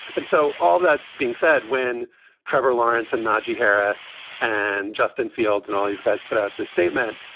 and so all that being said, when trevor lawrence and najee harris and justin fields and all these guys put out the statement,